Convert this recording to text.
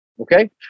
okay